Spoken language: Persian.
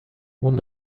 اون